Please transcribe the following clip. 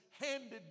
handed